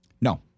No